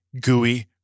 gooey